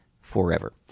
forever